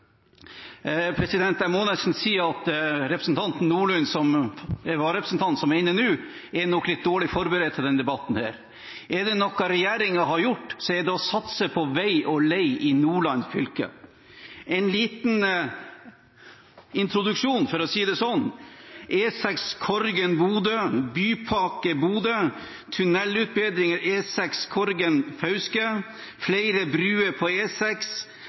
Jeg må nesten si at representanten Nordlund, som er inne som vararepresentant nå, nok er litt dårlig forberedt til denne debatten. Er det noe regjeringen har gjort, er det å satse på vei og lei i Nordland fylke. En liten introduksjon, for å si det sånn: E6 Korgen–Bodø, Bypakke Bodø, tunnelutbedringer på E6 Korgen–Fauske, flere broer på